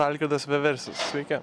algirdas veversis sveiki